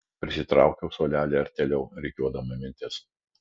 prisitraukiau suolelį artėliau rikiuodama mintis